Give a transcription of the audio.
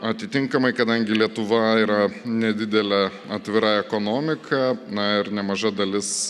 atitinkamai kadangi lietuva yra nedidelė atvira ekonomika na ir nemaža dalis